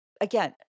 again